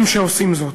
הם שעושים זאת.